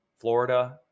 Florida